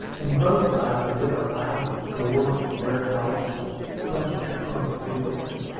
and both sides of it are lined with stores, warehouses, and principal public buildings.